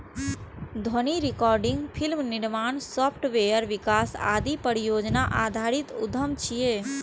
ध्वनि recording, film निर्माण, software विकास आदि परियोजना आधारित उद्यम छियै